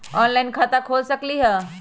Online खाता खोल सकलीह?